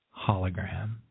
hologram